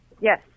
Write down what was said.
Yes